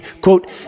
quote